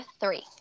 three